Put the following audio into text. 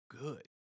good